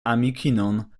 amikinon